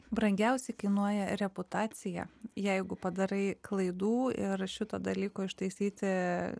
brangiausiai kainuoja reputacija jeigu padarai klaidų ir šito dalyko ištaisyti